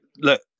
look